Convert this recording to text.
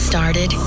Started